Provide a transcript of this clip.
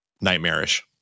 nightmarish